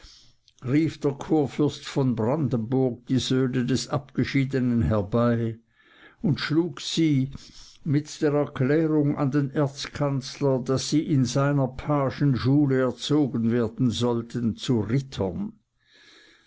der kurfürst die söhne des abgeschiedenen herbei und schlug sie mit der erklärung an den erzkanzler daß sie in seiner pagenschule erzogen werden sollten zu rittern